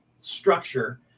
structure